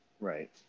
right